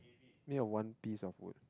made of one piece of wood